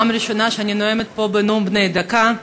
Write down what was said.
פעם ראשונה שאני נואמת פה בנאום בן דקה.